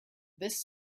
this